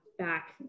back